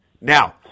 Now